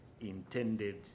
intended